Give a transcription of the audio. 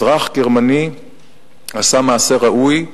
אזרח גרמני עשה מעשה ראוי,